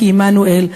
כי עמנו אל'.